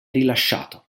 rilasciato